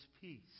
peace